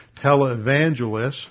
televangelists